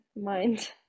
mind